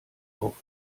auf